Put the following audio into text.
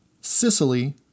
Sicily